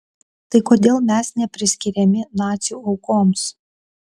tai kodėl mes nepriskiriami nacių aukoms